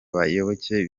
bayoboke